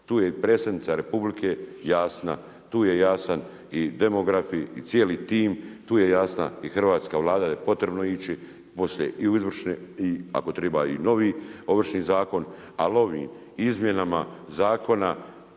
tu je i predsjednica Republike jasna, tu je jasan i demografi i cijeli tim tu je jasna i hrvatska Vlada da je potrebno ići poslije i u izvršne i ako triba i novi Ovršni zakon. Ali ovim izmjenama zakona